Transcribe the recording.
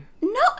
No